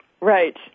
Right